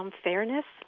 um fairness,